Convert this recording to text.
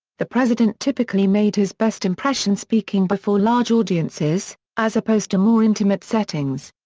the president typically made his best impression speaking before large audiences, as opposed to more intimate settings.